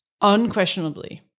unquestionably